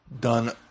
done